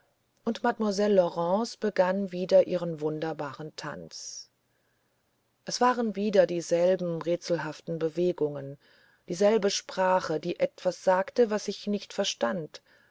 und mademoiselle laurence begann wieder ihren wunderbaren tanz es waren wieder dieselben rätselhaften bewegungen dieselbe sprache die etwas sagte was ich nicht verstand